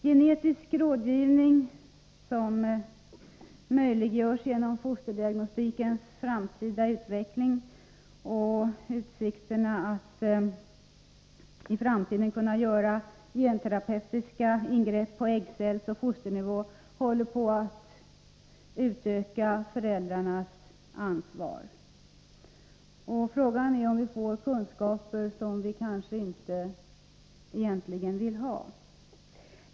Genetisk rådgivning, som möjliggörs genom fosterdiagnostikens framtida utveckling, och utsikterna att i framtiden kunna göra genterapeutiska ingrepp på äggcellsoch fosternivå håller på att öka föräldrarnas ansvar. Frågan är om vi får kunskaper som vi egentligen inte vill ha.